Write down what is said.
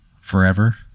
Forever